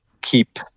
keep